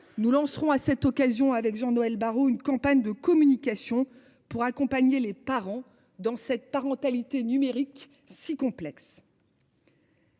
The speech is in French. nous lancerons à cette occasion avec Jean-Noël Barrot, une campagne de communication pour accompagner les parents dans cette parentalité numérique si complexe.--